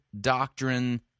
doctrine